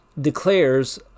declares